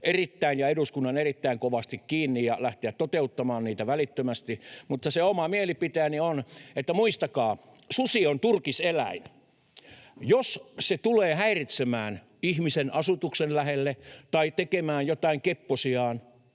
ja eduskunnan nyt erittäin kovasti kiinni ja lähteä toteuttamaan niitä välittömästi — se oma mielipiteeni on, että muistakaa: Susi on turkiseläin. Jos se tulee häiritsemään ihmisen asutuksen lähelle tai tekemään jotain kepposiaan,